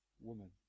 woman